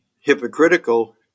hypocritical